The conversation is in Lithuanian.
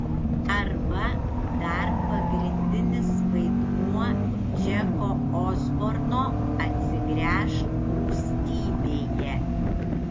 arba dar pagrindinis vaidmuo džeko osborno atsigręžk rūstybėje